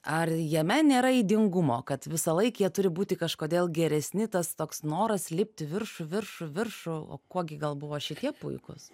ar jame nėra ydingumo kad visąlaik jie turi būti kažkodėl geresni tas toks noras lipt į viršų viršų viršų o kuo gi gal buvo šitie puikūs